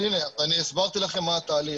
אז הנה, הסברתי לכם מה התהליך.